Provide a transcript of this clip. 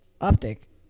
Optic